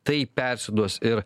tai persiduos ir